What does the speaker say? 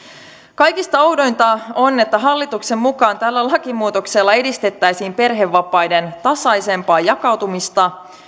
kaikista oudointa on että hallituksen mukaan tällä lakimuutoksella edistettäisiin perhevapaiden tasaisempaa jakautumista